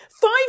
Five